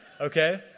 Okay